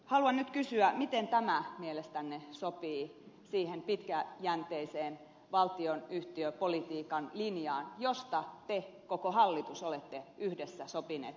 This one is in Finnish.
haluan nyt kysyä miten tämä mielestänne sopii siihen pitkäjänteiseen valtionyhtiöpolitiikan linjaan josta te koko hallitus olette yhdessä sopineet ja päättäneet